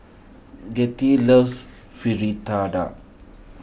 Gertie loves Fritada